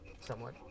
Somewhat